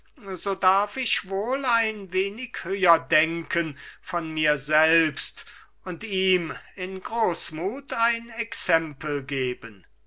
so darf ich wohl ein wenig höher denken von mir selbst und ihm in großmut ein exempel geben